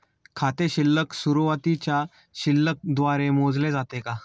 खाते शिल्लक सुरुवातीच्या शिल्लक द्वारे मोजले जाते का?